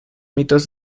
mitos